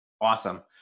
Awesome